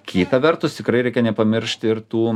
kita vertus tikrai reikia nepamiršti ir tų